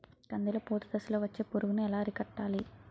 కందిలో పూత దశలో వచ్చే పురుగును ఎలా అరికట్టాలి?